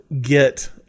get